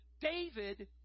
David